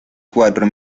cuatro